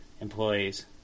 employees